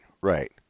right